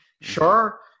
Sure